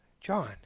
John